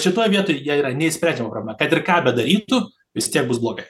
šitoj vietoj jie yra neišsprendžiama problema kad ir ką bedarytų vis tiek bus blogai